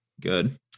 good